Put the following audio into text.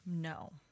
No